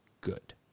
good